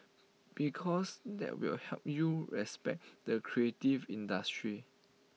because that will help you respect the creative industry